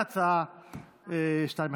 המוצמדת להצעה פ/2127.